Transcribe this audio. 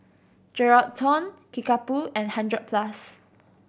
Geraldton Kickapoo and Hundred Plus